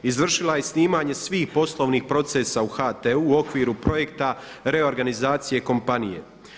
Izvršila je snimanje svih poslovnih procesa u HT-u u okviru projekta reorganizacije kompanije.